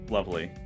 Lovely